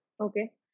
Okay